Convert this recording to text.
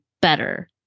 better